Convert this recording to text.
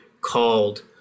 called